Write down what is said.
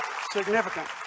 significant